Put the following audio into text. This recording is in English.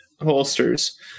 holsters